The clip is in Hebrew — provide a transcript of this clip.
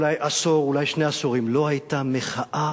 אולי עשור אולי שני עשורים, לא היתה מחאה